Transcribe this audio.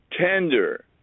tender